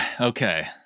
okay